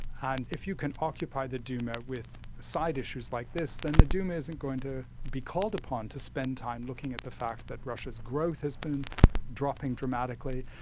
and if you can occupy the duma with side issues like this, then the duma isn't going to be called upon to spend time looking at the fact that russia's growth has been dropping dramatically,